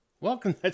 Welcome